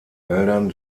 wäldern